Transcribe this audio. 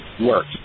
works